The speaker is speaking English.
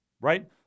right